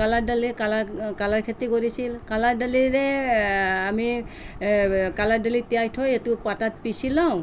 কালা দালি কালা কালা খেতি কৰিছিল কালা দালিৰে আমি কালাৰ দালিত তিয়াই থৈ এইটো পাতাত পিঁচি লওঁ